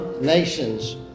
Nations